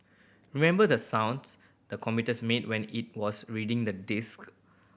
remember the sounds the computers made when it was reading the disk